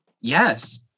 Yes